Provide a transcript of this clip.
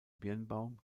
birnbaum